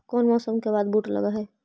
कोन मौसम के बाद बुट लग है?